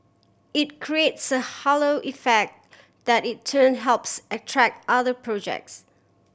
it creates a halo effect that in turn helps attract other projects